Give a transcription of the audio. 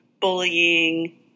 bullying